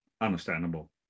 Understandable